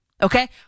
Okay